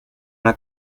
una